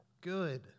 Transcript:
good